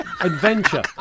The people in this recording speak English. Adventure